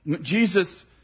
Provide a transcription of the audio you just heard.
Jesus